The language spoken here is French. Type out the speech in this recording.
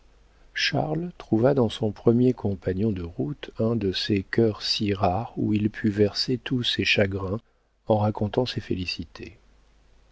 charles trouva dans son premier compagnon de route un de ces cœurs si rares où il put verser tous ses chagrins en racontant ses félicités